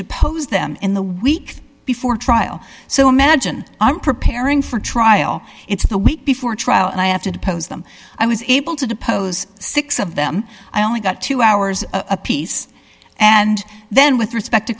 depose them in the week before trial so imagine i'm preparing for trial it's the week before trial and i have to depose them i was able to depose six of them i only got two hours apiece and then with respect to